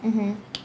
mmhmm